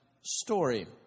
story